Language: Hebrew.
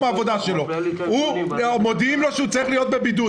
העבודה שלו ומודיעים לו שהוא צריך להיות בבידוד,